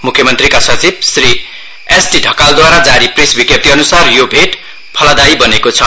म्ख्य मन्त्रीका सचिव श्रीएसडि ढकालद्वारा जारी प्रेस विज्ञप्ति अनुसार यो भेट फलदायी बनेको छ